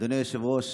אדוני היושב-ראש,